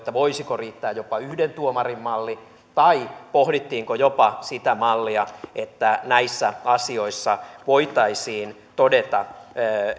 voisiko riittää jopa yhden tuomarin malli tai pohdittiinko jopa sitä mallia että näissä asioissa voitaisiin todeta